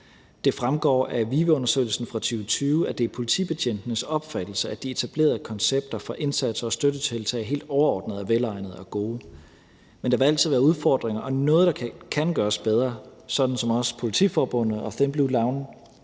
Det fremgår af VIVE-undersøgelsen fra 2020, at det er politibetjentenes opfattelse, at de etablerede koncepter for indsatser og støttetiltag helt overordnet er velegnede og gode. Men der vil altid være udfordringer og noget, der kan gøres bedre, hvad Politiforbundet og Thin Blue Line